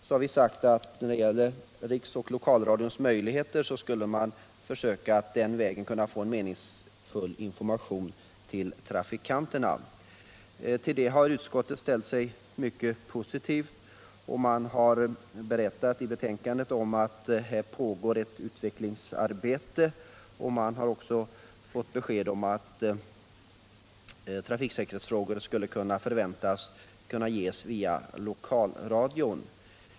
Vi har sagt i motionen att man borde via riksoch lokalradion försöka få fram meningsfull information till trafikanterna. Utskottet har ställt sig mycket positivt till detta. I betänkandet berättas det att det pågår ett utvecklingsarbete. Utskottet har också fått besked om att information i trafiksäkerhetsfrågor kan förväntas komma att ges i lokalradion.